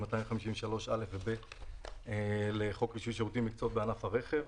253(א) ו-(ב) לחוק רישוי שירותים ומקצועות בענף הרכב.